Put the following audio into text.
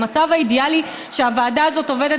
המצב האידיאלי הוא שהוועדה הזאת עובדת